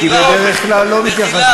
כי בדרך כלל לא מתייחסים.